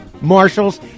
Marshals